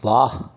वाह